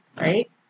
right